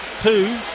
two